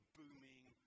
booming